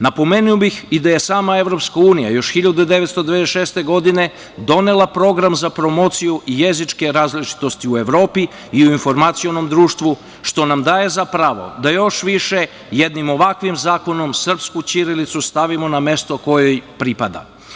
Napomenuo bih i da je sama EU još 1996. godine donela program za promociju jezičke različitosti u Evropi i u informacionom društvu, što nam daje za pravo da još više jednim ovakvim zakonom srpsku ćirilicu stavimo na mesto koje joj pripada.